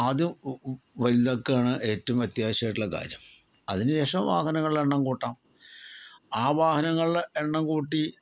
ആദ്യം വലുതാക്കുകയാണ് ഏറ്റവും അത്യാവശ്യമായിട്ടുള്ള കാര്യം അതിന് ശേഷം വാഹനങ്ങളുടെ എണ്ണം കൂട്ടാം ആ വാഹനങ്ങളിലെ എണ്ണം കൂട്ടി